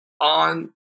on